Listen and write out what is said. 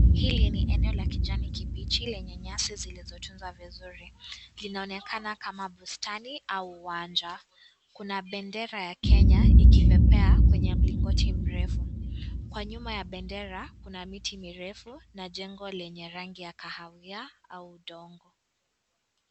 Hili ni eneo la kijani kibichi lenye nyasi zilizotuzwa vizuri. Linaonekana kama bustani au uwanja. Kuna bendera ya Kenya ikipepea kwenye mlingoti mrefu. Kwa nyuma ya bendera, kuna miti mrefu na jengo lenye rangi ya kahawia au udongo.